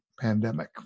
pandemic